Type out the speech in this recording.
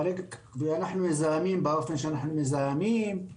ואנחנו מזהמים באופן שבו אנחנו מזהמים,